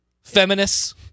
Feminists